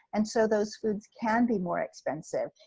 and so those foods can be more expensive.